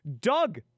Doug